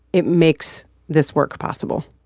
it makes this work possible